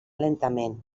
lentament